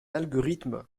algorithme